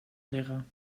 liggen